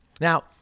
Now